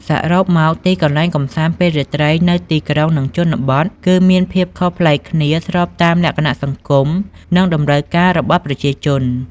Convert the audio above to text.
សរុបមក ទីកន្លែងកម្សាន្តពេលរាត្រីនៅទីក្រុង និងជនបទ គឺមានភាពខុសប្លែកគ្នាស្របតាមលក្ខណៈសង្គម និងតម្រូវការរបស់ប្រជាជន ។